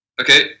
Okay